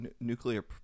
nuclear